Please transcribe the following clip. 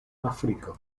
afriko